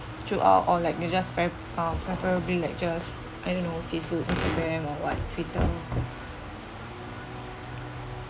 throughout or like you just preferrably like just I don't know facebook instagram or what twitter